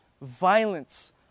violence